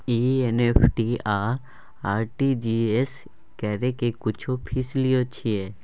NEFT आ RTGS करै के कुछो फीसो लय छियै?